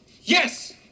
Yes